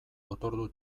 otordu